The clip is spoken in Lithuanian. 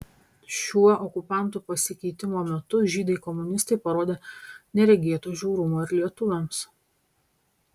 šiuo okupantų pasikeitimo metu žydai komunistai parodė neregėto žiaurumo ir lietuviams